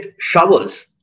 showers